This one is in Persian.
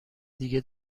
دیگه